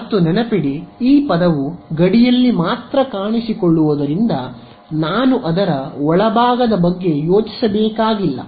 ಮತ್ತು ನೆನಪಿಡಿ ಈ ಪದವು ಗಡಿಯಲ್ಲಿ ಮಾತ್ರ ಕಾಣಿಸಿಕೊಳ್ಳುವುದರಿಂದ ನಾನು ಅದರ ಒಳಭಾಗದ ಬಗ್ಗೆ ಯೋಚಿಸಬೇಕಾಗಿಲ್ಲ